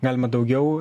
galima daugiau